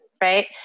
right